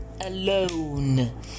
alone